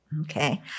Okay